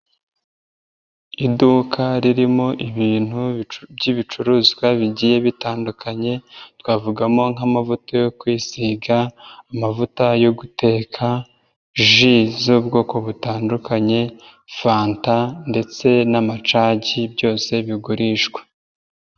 Iduka ririmo ibintu by'ibicuruzwa bigiye bitandukanye: twavugamo nk'amavuta yo kwisiga, amavuta yo guteka y'ubwoko butandukanye, fanta ndetse n'amaji byose bigurishwa.